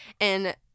And-